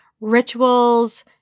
rituals